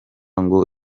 ngo